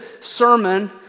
sermon